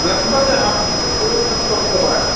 लॻिभॻि हफ़्तो ॾेढु हफ़्तो थियो आहे